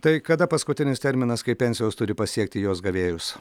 tai kada paskutinis terminas kai pensijos turi pasiekti jos gavėjus